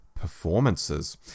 performances